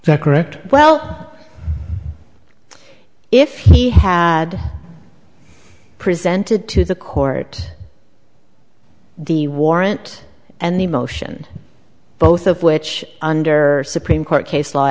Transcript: that correct well if he had presented to the court the warrant and the motion both of which under supreme court case law